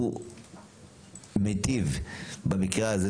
הוא מיטיב במקרה הזה,